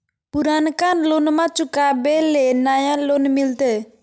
पुर्नका लोनमा चुकाबे ले नया लोन मिलते?